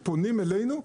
פונים אלינו,